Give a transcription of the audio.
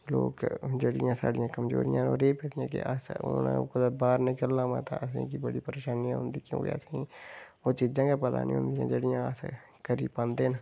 लोक जेह्डियां साढ़ियां कमजोरियां न ओह् रेही पेदियां कि अस हून कुतै बाहर नेईं चलना पवै मता असेंगी बड़ी परेशानी औंदी क्योंकि असेंगी ओह् चीज़ां गै पता नेईं होंदियां जेह्ड़ियां अस करी पांदे न